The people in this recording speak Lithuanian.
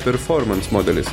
performans modelis